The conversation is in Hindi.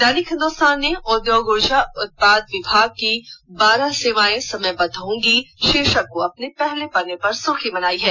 दैनिक हिंदुस्तान ने उधोग उर्जा उत्पादी विभाग की बारह सेवाएं समयबद्ध होंगी भीर्शक को अपने पहले पन्ने की सुर्खी बनाई है